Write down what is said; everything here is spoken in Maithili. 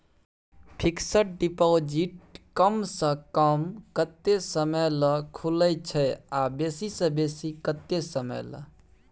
फिक्सड डिपॉजिट कम स कम कत्ते समय ल खुले छै आ बेसी स बेसी केत्ते समय ल?